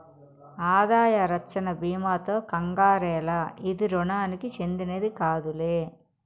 ఆదాయ రచ్చన బీమాతో కంగారేల, ఇది రుణానికి చెందినది కాదులే